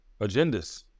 agendas